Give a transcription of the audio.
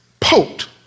poked